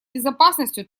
безопасностью